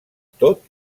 tot